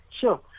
Sure